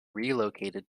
relocated